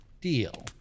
Deal